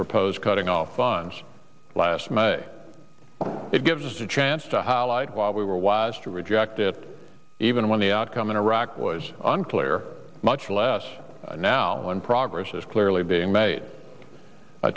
proposed cutting off funds last may it gives us a chance to highlight why we were wise to reject it even when the outcome in iraq was unclear much less now when progress is clearly being made